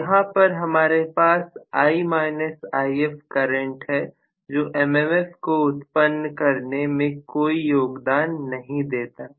तो यहां पर हमारे पास I If करंट है जो MMF को उत्पन्न करने में कोई योगदान नहीं देता